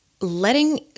letting